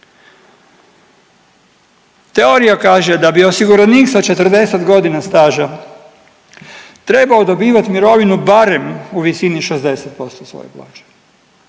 Teorija kaže da bi osiguranik sa 40 godina staža trebao dobivati mirovinu barem u visini 60% plaće,